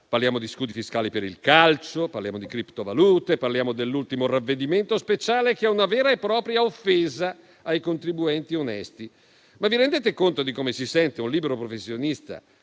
Parliamo di scudi fiscali per il calcio, parliamo di criptovalute, parliamo dell'ultimo ravvedimento speciale, che è una vera e propria offesa ai contribuenti onesti. Ma vi rendete conto di come si sente un libero professionista